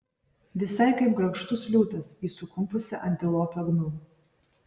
visai kaip grakštus liūtas į sukumpusią antilopę gnu